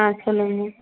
ஆ சொல்லுங்க